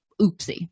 oopsie